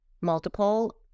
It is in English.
multiple